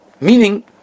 Meaning